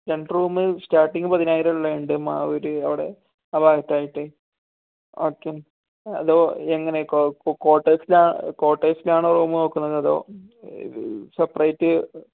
രണ്ട് room starting പതിനായിരം ഉള്ള ഉണ്ട് മാവൂര് അവിടെ അ ഭാഗത്തായിട്ട് ഓക്കെ അതോ എങ്ങനെ കോ കോട്ടേസിലാ കോട്ടേസിലാണ് റൂമ് നോക്കുന്നത് അതോ സെപ്പറേറ്റ്